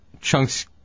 Chunks